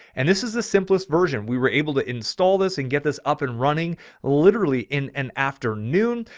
and this is the simplest version. we were able to install this and get this up and running literally in an afternoon.